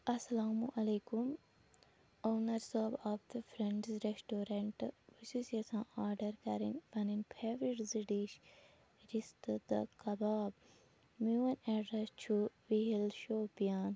اَلسَلامُ علیکُم اونَر صٲب آف دَ فرٛنٛڈٕز ریٚسٹورنٛٹ بہٕ چھیٚس یَژھان آرڈَر کَرٕنۍ پَنٕنۍ فیورِٹ زٕ ڈِش رِستہٕ تہٕ کَباب میٛون ایٚڈرَس چھُ وِہِل شوپیان